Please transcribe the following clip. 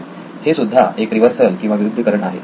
हेसुद्धा एक रिव्हर्सल किंवा विरुद्धीकरण आहे